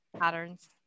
patterns